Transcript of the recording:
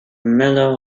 miller